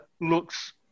looks